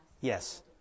Yes